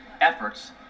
efforts